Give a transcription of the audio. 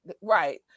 Right